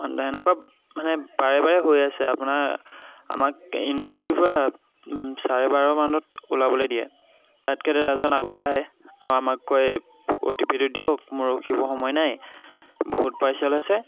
অঁ সেনেকুৱা মানে বাৰে বাৰে হৈ আছে আপোনাৰ আমাক ইউনিভাৰ্ছিটিৰপৰা চাৰে বাৰমানত ওলাবলৈ দিয়ে তাতকৈ দেদাজন আগতেই আহে আৰু আমাক কয় অ' টি পিটো দিয়ক মোৰ ৰখিব সময় নাই বহুত পাৰ্চেল আছে